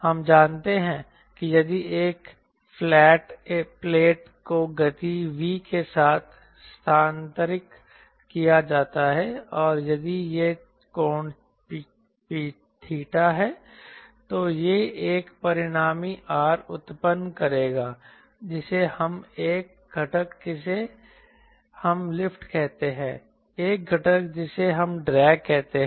हम जानते हैं कि यदि एक फ्लैट प्लेट को गति V के साथ स्थानांतरित किया जाता है और यदि यह कोण थीटा है तो यह एक परिणामी R उत्पन्न करेगा जिसे हम एक घटक जिसे हम लिफ्ट कहते हैं एक घटक जिसे हम ड्रैग कहते हैं